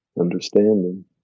understanding